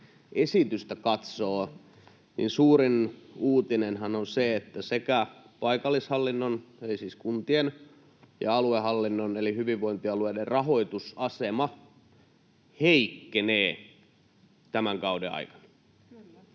esitystä katsoo, niin suurin uutinenhan on se, että sekä paikallishallinnon, eli siis kuntien, ja aluehallinnon, eli hyvinvointialueiden, rahoitusasema heikkenee tämän kauden aikana —